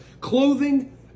clothing